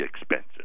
expensive